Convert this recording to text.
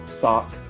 Sock